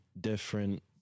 different